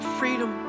freedom